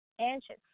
anxious